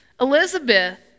Elizabeth